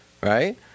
right